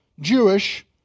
Jewish